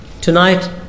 Tonight